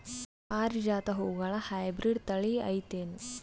ಪಾರಿಜಾತ ಹೂವುಗಳ ಹೈಬ್ರಿಡ್ ಥಳಿ ಐತೇನು?